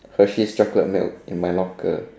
Hershey's chocolate milk in my locker